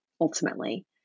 Ultimately